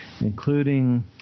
including